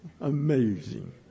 Amazing